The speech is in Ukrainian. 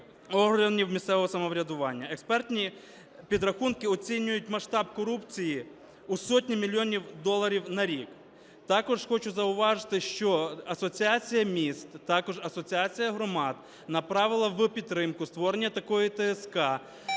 органів місцевого самоврядування. Експертні підрахунки оцінюють масштаб корупції в сотні мільйонів доларів на рік. Також хочу зауважити, що Асоціація міст, також Асоціація громад направила в підтримку створення такої ТСК